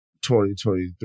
2023